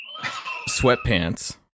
sweatpants